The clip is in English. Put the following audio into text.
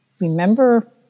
remember